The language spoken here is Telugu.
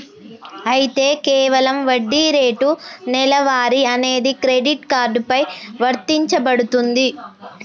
అయితే కేవలం వడ్డీ రేటు నెలవారీ అనేది క్రెడిట్ కార్డు పై వర్తించబడుతుంది